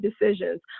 decisions